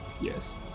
Yes